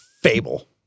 fable